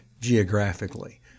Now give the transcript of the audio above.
geographically